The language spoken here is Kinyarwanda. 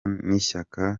n’ishyaka